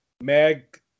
mag